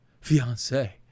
fiance